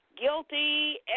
guilty